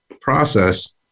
process